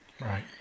Right